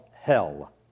hell